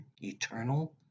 eternal